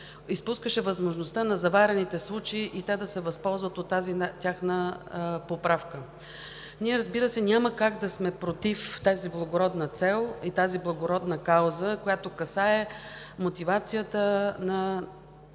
изпускаше възможността на заварените случаи да се възползват от тази тяхна поправка. Ние, разбира се, не сме против тази благородна цел и кауза, която касае мотивацията на